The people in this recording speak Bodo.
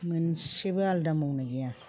मोनसेबो आलादा मावनाय गैया